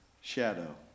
shadow